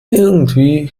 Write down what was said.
irgendwie